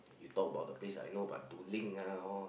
you talk about the place I know but to link ah all